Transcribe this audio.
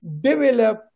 develop